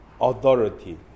authority